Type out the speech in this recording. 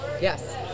Yes